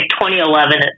2011